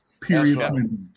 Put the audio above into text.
Period